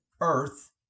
Earth